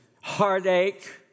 heartache